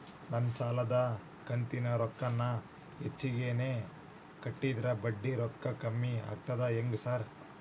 ನಾನ್ ಸಾಲದ ಕಂತಿನ ರೊಕ್ಕಾನ ಹೆಚ್ಚಿಗೆನೇ ಕಟ್ಟಿದ್ರ ಬಡ್ಡಿ ರೊಕ್ಕಾ ಕಮ್ಮಿ ಆಗ್ತದಾ ಹೆಂಗ್ ಸಾರ್?